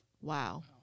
Wow